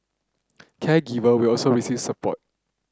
caregiver will also receive support